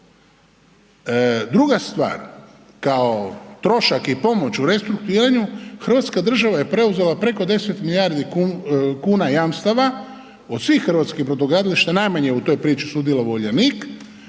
Druga stvar kao trošak i pomoć u restrukturiranju, hrvatska država je preuzela preko 10 milijardi kuna jamstava od svih hrvatskih brodogradilišta, najmanje u toj priči je sudjelovao Uljanik